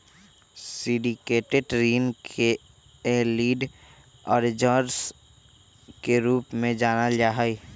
syndicated ऋण के lead arrangers के रूप में जानल जा हई